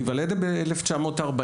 להיוולד ב-1940,